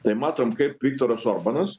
tai matome kaip viktoras orbanas